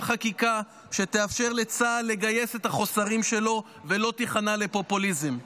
חקיקה שתאפשר לצה"ל לגייס את החוסרים ולא תיכנע לפופוליזם.